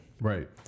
right